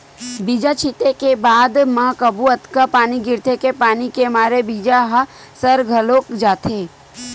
बीजा छिते के बाद म कभू अतका पानी गिरथे के पानी के मारे बीजा ह सर घलोक जाथे